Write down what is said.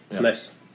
Nice